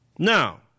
Now